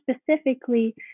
specifically